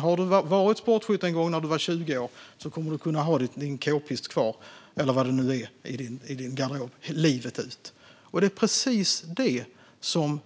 Har du varit sportskytt en gång då du var 20 år kommer du att kunna ha kvar din k-pist eller något annat vapen i din garderob livet ut. Det är precis detta som